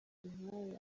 nkawe